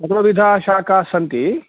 सर्वविधाः शाखाः सन्ति